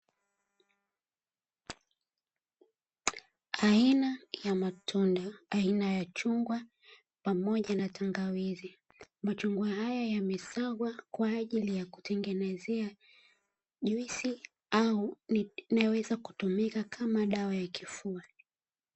Aina ya matunda, aina ya chugwa pamoja na tangawizi, machungwa haya yamesagwa kwa ajili ya kutengenezea juisi au yanayoweza kutumika kama dawa ya kifua.